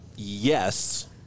Yes